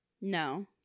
No